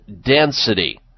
density